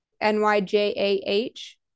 N-Y-J-A-H